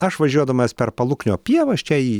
aš važiuodamas per paluknio pievas čia į